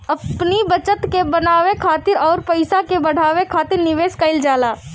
अपनी बचत के बनावे खातिर अउरी पईसा के बढ़ावे खातिर निवेश कईल जाला